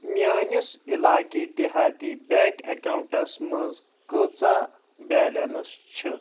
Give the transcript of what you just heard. میٲنِس عِلاقی دِہاتی بیٚنٛک اکانٹَس منٛز کۭژاہ بیلنس چھِ